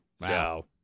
Wow